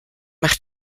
mach